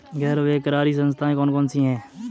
गैर बैंककारी संस्थाएँ कौन कौन सी हैं?